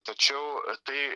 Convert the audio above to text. tačiau tai